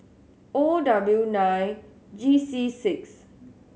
O W nine G C six